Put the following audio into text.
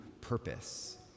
purpose